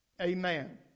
Amen